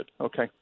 Okay